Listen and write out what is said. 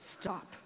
Stop